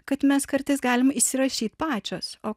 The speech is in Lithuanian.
kad mes kartais galim įsirašyt pačios o